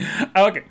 Okay